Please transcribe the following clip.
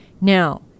now